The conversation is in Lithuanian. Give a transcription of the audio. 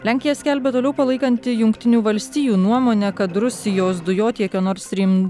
lenkija skelbia toliau palaikanti jungtinių valstijų nuomonę kad rusijos dujotiekio nord strym